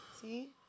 See